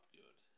good